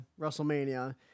WrestleMania